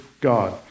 God